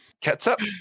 Ketchup